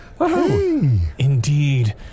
Indeed